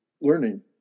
learning